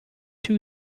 two